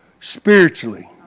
spiritually